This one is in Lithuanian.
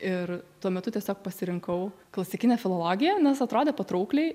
ir tuo metu tiesiog pasirinkau klasikinę filologiją nes atrodė patraukliai